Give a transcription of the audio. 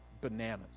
bananas